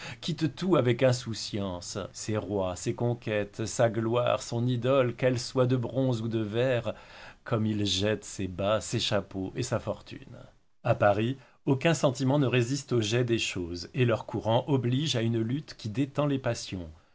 quitte tout avec insouciance ses rois ses conquêtes sa gloire son idole qu'elle soit de bronze ou de verre comme il jette ses bas ses chapeaux et sa fortune à paris aucun sentiment ne résiste au jet des choses et leur courant oblige à une lutte qui détend les passions